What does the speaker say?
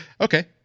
Okay